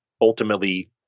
ultimately